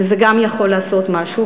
וגם זה יכול לעשות משהו.